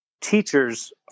teachers